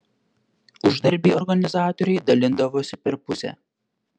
uždarbį organizatoriai dalindavosi per pusę